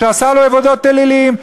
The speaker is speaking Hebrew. שעשה לו עבודות אלילים.